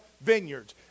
vineyards